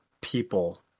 people